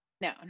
no